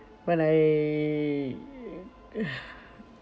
when I